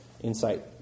Insight